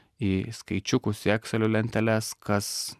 į skaičiukus į ekselio lenteles kas